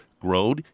grown